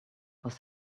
was